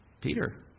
Peter